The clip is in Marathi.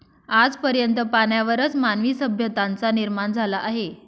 आज पर्यंत पाण्यावरच मानवी सभ्यतांचा निर्माण झाला आहे